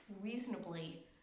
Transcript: reasonably